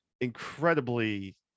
incredibly